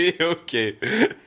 Okay